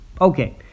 Okay